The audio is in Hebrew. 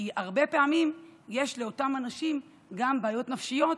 כי הרבה פעמים יש לאותם אנשים גם בעיות נפשיות,